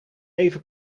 even